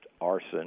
arson